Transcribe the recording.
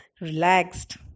relaxed